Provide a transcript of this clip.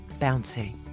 bouncy